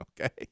Okay